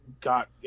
got